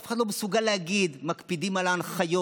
אף אחד לא מסוגל להגיד שמקפידים על ההנחיות.